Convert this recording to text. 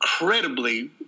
incredibly